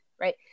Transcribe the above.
right